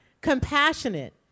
compassionate